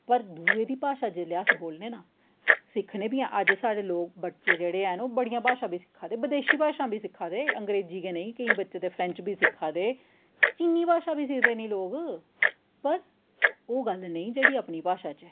पर दूएं दी भाशा जेल्लै अस बोलने आं न सिक्खने बी आं अज्ज साढ़े लोक बच्चे जेह्ड़े हैन ओह् बड़ियां भाशां बी सिक्खै दे बिदेशी भाशां बी सिक्खै दे अंग्रेजी गै नेईं कोईं बच्चे ते फ्रैंच बी सिक्खै दे चीनी भाशा बी सिखदे न लोक पर ओह् गल्ल नेईं जेह्ड़ी अपनी भाशा च ऐ